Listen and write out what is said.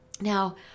Now